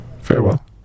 Farewell